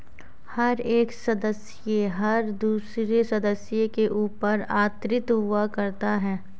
हर एक सदस्य हर दूसरे सदस्य के ऊपर आश्रित हुआ करता है